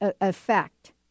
effect